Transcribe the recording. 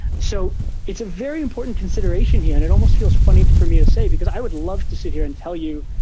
so it's a very important consideration here and it almost feels funny for me to say, because i would love to sit here and tell you,